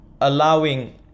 allowing